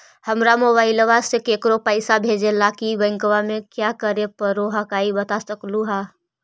हमरा मोबाइलवा से केकरो पैसा भेजे ला की बैंकवा में क्या करे परो हकाई बता सकलुहा?